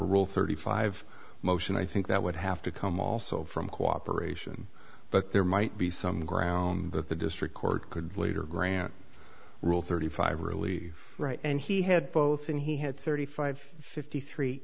rule thirty five motion i think that would have to come also from cooperation but there might be some ground that the district court could later grant rule thirty five really right and he had both and he had thirty five fifty three